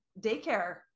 daycare